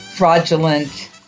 fraudulent